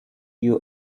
you